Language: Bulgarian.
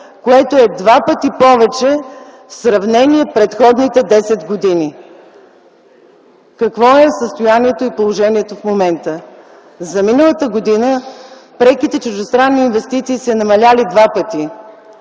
което е два пъти повече в сравнение с предходните 10 години. Какво е състоянието и положението в момента? За миналата година преките чуждестранни инвестиции са намалели два пъти,